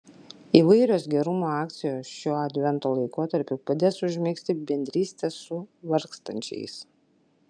įvairios gerumo akcijos šiuo advento laikotarpiu padės užmegzti bendrystę su vargstančiais